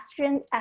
estrogen